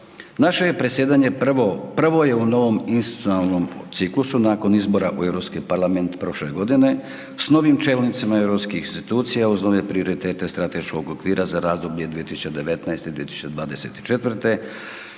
Naše je predsjedanje prvo, prvo je u novom institucionalnom ciklusu nakon izbora u Europski parlament prošle godine, s novim čelnicima europskih institucija uz nove prioritete strateškog okvira za razdoblje 2019. – 2024.